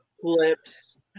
clips